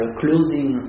closing